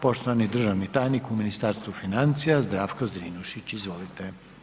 Poštovani državni tajnik u Ministarstvu financija Zdravko Zrinušić, izvolite.